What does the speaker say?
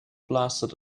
blasted